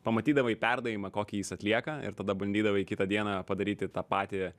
pamatydavai perdavimą kokį jis atlieka ir tada bandydavai kitą dieną padaryti tą patį